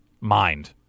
mind